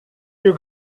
you